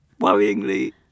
worryingly